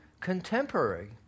contemporary